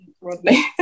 Rodney